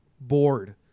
bored